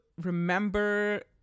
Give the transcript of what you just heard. remember